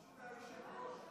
אדוני היושב-ראש?